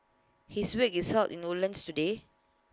his wake is held in Woodlands today